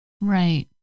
Right